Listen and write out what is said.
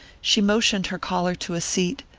she motioned her caller to a seat,